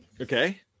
Okay